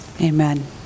Amen